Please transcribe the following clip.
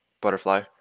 butterfly